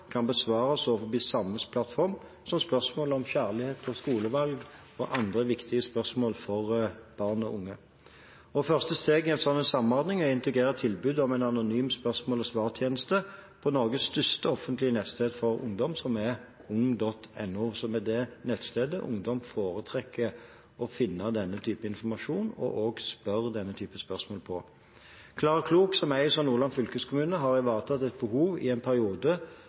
kan besvares over samme plattform som spørsmål om kjærlighet og skolevalg og andre viktige spørsmål for barn og unge. Første steg i en slik samordning er å integrere tilbudet om en anonym spørsmål-og-svar-tjeneste på Norges største offentlige nettsted for ungdom, som er ung.no, som er det nettstedet der ungdom foretrekker å finne denne typen informasjon og også stille denne typen spørsmål. Klara Klok, som eies av Nordland fylkeskommune, har ivaretatt et behov i en periode